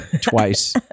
twice